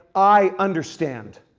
i understand.